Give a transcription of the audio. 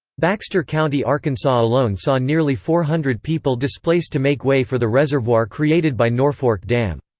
baxter county, arkansas alone saw nearly four-hundred people displaced to make way for the reservoir created by norfork dam.